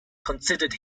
considered